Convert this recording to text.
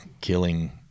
killing